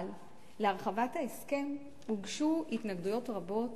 אבל להרחבת ההסכם הוגשו התנגדויות רבות,